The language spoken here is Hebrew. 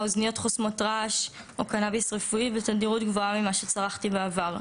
אוזניות חוסמות רעש או קנביס רפואי בתדירות גבוהה ממה שצרכתי בעבר,